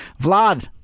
Vlad